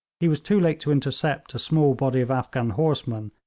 he was too late to intercept a small body of afghan horsemen,